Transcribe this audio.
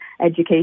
education